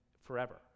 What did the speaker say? forever